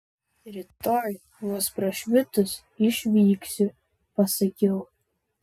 rytoj vos prašvitus išvyksiu pasakiau